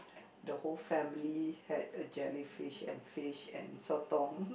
the whole family had a jellyfish and fish and sotong